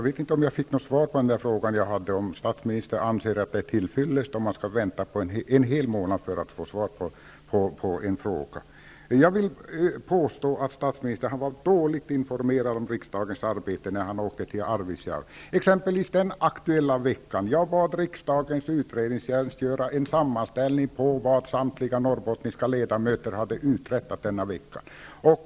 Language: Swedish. Fru talman! Jag fick inte något svar på frågan om statsministern anser att det är till fyllest att man får vänta en hel månad på ett svar på en fråga. Jag vill påstå att statsministern var dåligt informerad om riksdagens arbete när han åkte till Arvidsjaur. Den aktuella veckan bad jag riksdagens utredningstjänst att göra en sammanställning av vad samtliga norrbottniska ledamöter hade uträttat denna vecka.